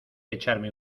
echarme